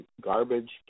garbage